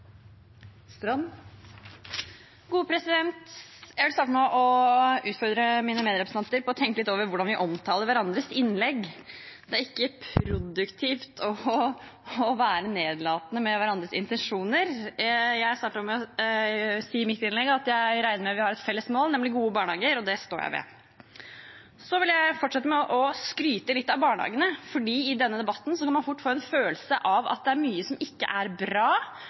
Jeg vil starte med å utfordre mine medrepresentanter til å tenke litt over hvordan vi omtaler hverandres innlegg. Det er ikke produktivt å være nedlatende med hverandres intensjoner. Jeg startet mitt innlegg med å si at jeg regner med at vi har et felles mål, nemlig gode barnehager, og det står jeg ved. Så vil jeg fortsette med å skryte litt av barnehagene, for i denne debatten kan man fort få en følelse av at det er mye som ikke er bra,